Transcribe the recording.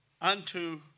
Unto